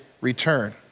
return